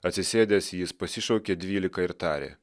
atsisėdęs jis pasišaukė dvylika ir tarė